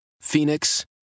Phoenix